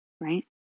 right